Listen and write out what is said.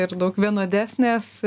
ir daug vienodesnės